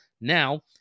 Now